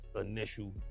initial